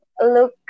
look